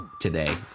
today